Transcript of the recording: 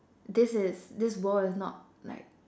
this is this world is not like